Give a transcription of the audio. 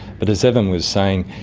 but as evan was saying,